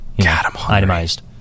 itemized